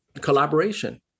collaboration